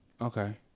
Okay